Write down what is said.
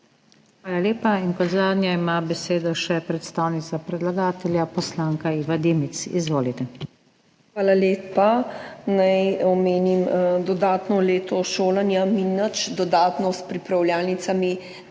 Hvala lepa. Kot zadnja ima besedo še predstavnica predlagatelja poslanka Iva Dimic. Izvolite. IVA DIMIC (PS NSi): Hvala lepa. Naj omenim, dodatno leto šolanj – mi nič dodatno s pripravljalnicami